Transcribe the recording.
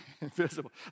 invisible